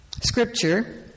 scripture